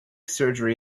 surgery